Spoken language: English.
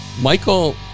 Michael